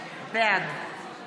בעד